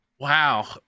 wow